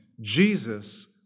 Jesus